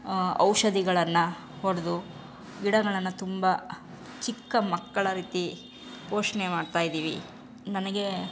ಔಷಧಿಗಳನ್ನ ಹೊಡೆದು ಗಿಡಗಳನ್ನು ತುಂಬ ಚಿಕ್ಕ ಮಕ್ಕಳ ರೀತಿ ಪೋಷಣೆ ಮಾಡ್ತಾ ಇದ್ದೀವಿ ನನಗೆ